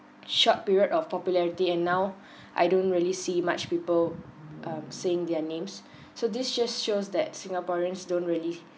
short period of popularity and now I don't really see much people um saying their names so this just shows that singaporeans don't really